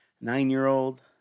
nine-year-old